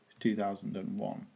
2001